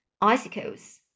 icicles